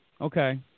Okay